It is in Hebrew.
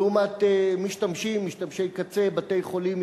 לעומת משתמשי קצה: בתי-חולים,